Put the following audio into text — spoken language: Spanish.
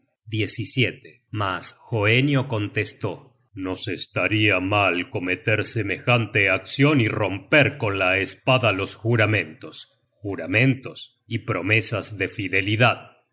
generated at mas hoenio contestó nos estaria mal cometer semejante accion y romper con la espada los juramentos juramentos y promesas de fidelidad